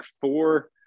four